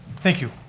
thank you.